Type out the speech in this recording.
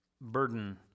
burden